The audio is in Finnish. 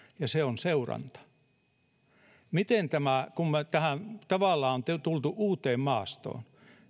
ja se on seuranta kun me tavallaan olemme tulleet uuteen maastoon